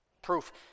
Proof